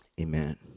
Amen